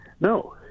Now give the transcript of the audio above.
No